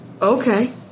Okay